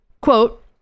quote